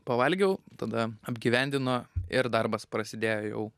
pavalgiau tada apgyvendino ir darbas prasidėjo jau